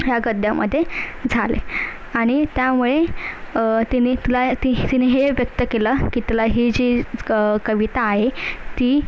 ह्या गद्यामध्ये झाले आणि त्यामुळे तिने तिला ती तिने हे व्यक्त केलं की तिला ही जी क कविता आहे ती